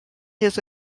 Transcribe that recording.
his